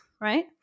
right